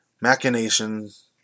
machinations